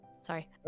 Sorry